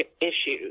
issues